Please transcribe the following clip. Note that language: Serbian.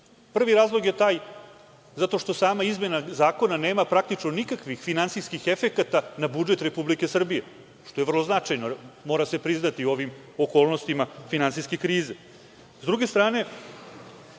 razlog je taj zato što sama izmena zakona nema praktično nikakvih finansijskih efekata na budžet Republike Srbije, što je vrlo značajno, mora se priznati u ovim okolnostima finansijske krize.S